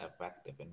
effective